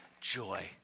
joy